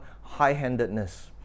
high-handedness